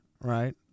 right